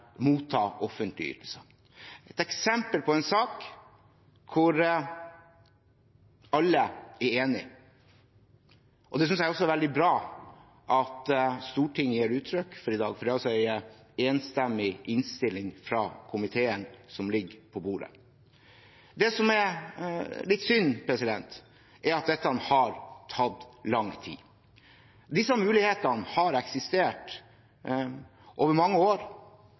motta offentlige ytelser. Dette er et eksempel på en sak hvor alle er enig, og det synes jeg også er veldig bra at Stortinget gir uttrykk for i dag, for det er en enstemmig innstilling fra komiteen som ligger på bordet. Det som er litt synd, er at dette har tatt lang tid. Disse mulighetene har eksistert over mange år.